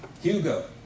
Hugo